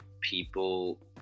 people